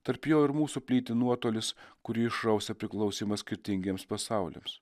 tarp jo ir mūsų plyti nuotolis kurį išrausia priklausymas skirtingiems pasauliams